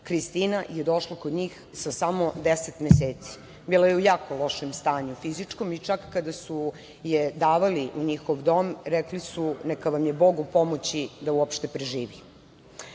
Kristinu. Kristina je došla kod njih sa samo deset meseci. Bila je u jako lošem stanju fizičkom. Čak kada su je davali u njihov dom, rekli su – neka vam je Bog u pomoći da uopšte preživi. Na